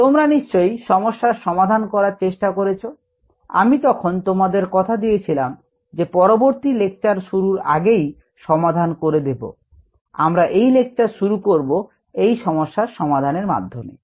তোমরা নিশ্চয়ই সমস্যার সমাধান করার চেষ্টা করেছ আমি তখন তোমাদের কথা দিয়েছিলাম যে পরবর্তী লেকচার শুরুর আগেই সমাধান করে দেব আমরা এই লেকচার শুরু করব এই সমস্যা সমাধানের মাধ্যমে